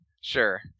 sure